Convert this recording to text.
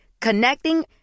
Connecting